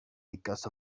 because